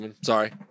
Sorry